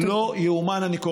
תודה.